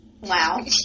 Wow